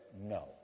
no